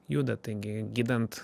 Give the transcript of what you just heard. juda taigi gydant